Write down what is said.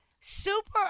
Super